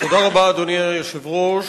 אדוני היושב-ראש,